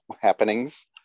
happenings